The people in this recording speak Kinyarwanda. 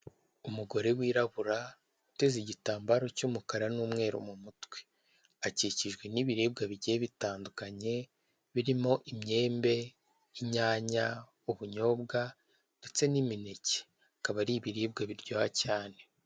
Umugore wirabura, uteze igitambaro cy'umukara, numweru mu mutwe. Akikijwe n'ibiribwa bike bitandukanye birimo imyembe , inyanya ,ubunyobwa ndetse, n'imineke bikaba ari ibiribwa biryoha cyane.